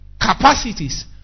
capacities